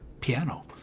piano